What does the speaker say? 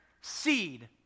seed